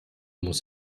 muss